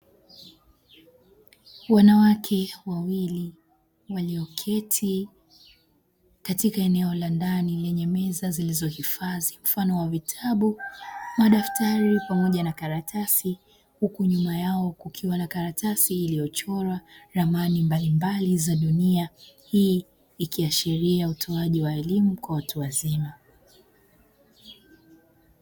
Wanawake wawili walioketi katika eneo la ndani lenye meza zilizohifadhi mfano wa vitabu, madaftari pamoja na makaratasi, huku nyuma yao kukiwa na karatasi iliochorwa ramani mbaimbali za mimea hii ikiashiria utoaji wa elimu kwa watu wazima.